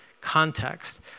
context